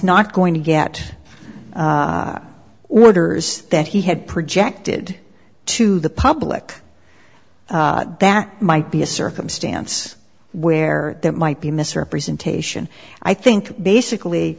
not going to get orders that he had projected to the public that might be a circumstance where that might be misrepresentation i think basically